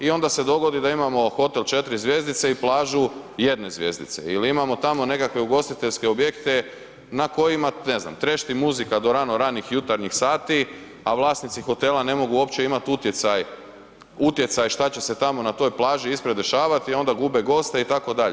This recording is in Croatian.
I onda se dogodi da imamo hotel 4 zvjezdice i plažu jedne zvjezdice, jer imamo tamo nekakve ugostiteljske objekte na kojima ne znam trešti muzika do rano ranih jutarnjih sati, a vlasnici hotela ne mogu uopće imati utjecaj, utjecaj šta će se tamo na toj plaži ispred dešavat i onda gube goste itd.